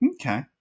Okay